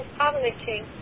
publishing